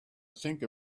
think